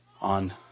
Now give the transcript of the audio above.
on